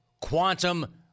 quantum